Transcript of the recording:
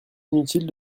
inutile